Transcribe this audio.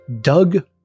Doug